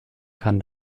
kann